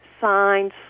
signs